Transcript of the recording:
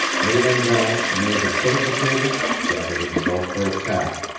me-en-gan, near the foot of the table, gathered himself for attack.